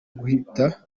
guhita